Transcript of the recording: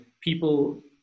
people